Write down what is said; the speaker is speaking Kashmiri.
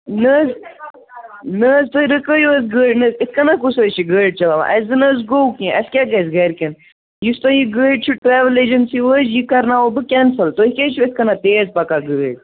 نہٕ حظ نہٕ حظ تُہۍ رُکٲیِو حظ گٲڑۍ نہٕ حظ یِتھ کٔنَن کُس حظ چھِ گٲڑۍ چَلاوان اَسہِ زَن حظ گوٚو کیٚںٛہہ اَسہِ کیٛاہ گژھِ گَرِکٮ۪ن یُس تۄہہِ یہِ گٲڑۍ چھُو ٹرٛیوٕل اٮ۪جَنسی وٲج یہِ کَرناوو بہٕ کٮ۪نسٕل تُہۍ کیٛازِ چھُ یِتھ کٔنۍ تیز پَکان گٲڑۍ